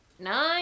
Nine